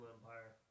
Empire